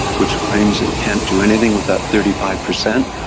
which claims it can't do anything with that thirty five percent,